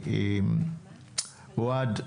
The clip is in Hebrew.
אוהד,